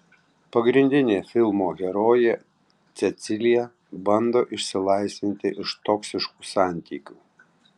pagrindinė filmo herojė cecilija bando išsilaisvinti iš toksiškų santykių